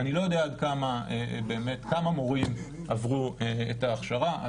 אני לא יודע כמה מורים עברו את ההכשרה,